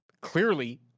clearly